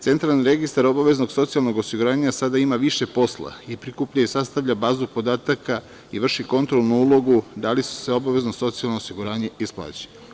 Centralni registar obaveznog socijalnog osiguranja sada ima više posla i prikuplja i sastavlja bazu podataka i vrši kontrolnu ulogu da li se obavezno socijalno osiguranje isplaćuje.